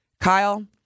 Kyle